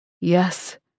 Yes